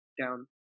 down